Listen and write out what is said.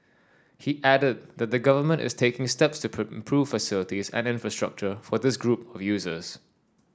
he added that the Government is taking steps to improve facilities and infrastructure for this group of users